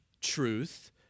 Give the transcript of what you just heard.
truth